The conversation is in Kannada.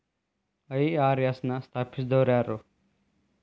ಐ.ಆರ್.ಎಸ್ ನ ಸ್ಥಾಪಿಸಿದೊರ್ಯಾರು?